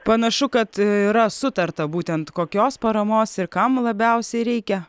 panašu kad yra sutarta būtent kokios paramos ir kam labiausiai reikia